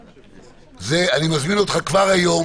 אני מזמין אותך כבר היום